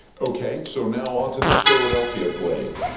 okay, so now onto the philadelphia blade. yeah